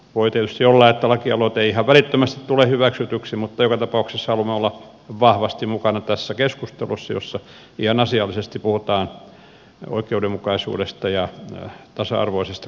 voi tietysti olla että lakialoite ei ihan välittömästi tule hyväksytyksi mutta joka tapauksessa haluamme olla vahvasti mukana tässä keskustelussa jossa ihan asiallisesti puhutaan oikeudenmukaisuudesta ja tasa arvoisesta kustannusten jakautumisesta